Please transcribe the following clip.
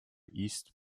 east